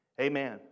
amen